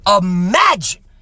imagine